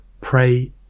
pray